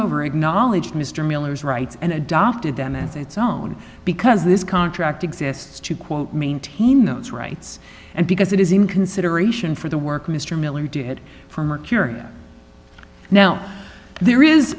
over acknowledged mr miller's rights and adopted them as its own because this contract exists to quote maintain those rights and because it is in consideration for the work mr miller did for mercurial now there is